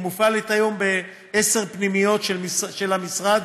היא מופעלת היום בעשר פנימיות של המשרד,